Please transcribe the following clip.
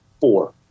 Four